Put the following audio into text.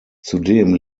zudem